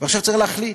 ועכשיו צריך להחליט,